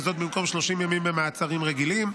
וזאת במקום 30 ימים במעצרים רגילים.